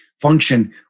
function